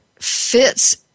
fits